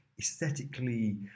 aesthetically